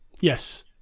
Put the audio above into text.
Yes